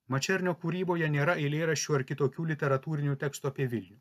mačernio kūryboje nėra eilėraščių ar kitokių literatūrinių tekstų apie vilnių